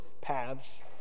paths